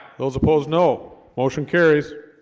those opposed no motion carries